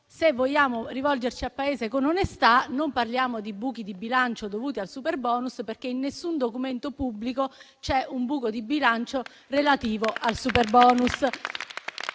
Se vogliamo rivolgerci al Paese con onestà, non parliamo di buchi di bilancio dovuti al superbonus, perché in nessun documento pubblico c'è un buco di bilancio relativo al superbonus.